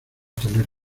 tener